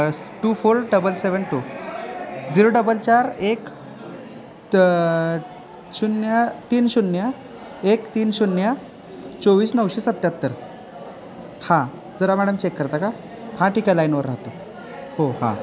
to four double seven two zero double चार एक त शून्य तीन शून्य एक तीन शून्य चोवीस नऊशे सत्त्याहत्तर हां जरा मॅडम चेक करता का हां ठीक आहे लाईनवर राहतो हो हां